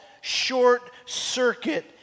short-circuit